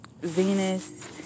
venus